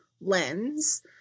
lens